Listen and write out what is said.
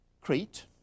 Crete